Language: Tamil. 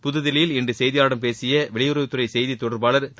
புதுதில்லியில் இன்று செய்தியாளர்களிடம் பேசிய வெளியுறவுத்துறை செய்தித் தொடர்பாளர் திரு